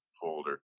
folder